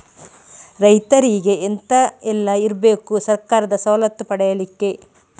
ರೈತರಿಗೆ ಎಂತ ಎಲ್ಲ ಇರ್ಬೇಕು ಸರ್ಕಾರದ ಸವಲತ್ತು ಪಡೆಯಲಿಕ್ಕೆ?